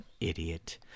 Idiot